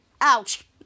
ouch